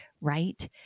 right